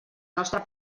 nostra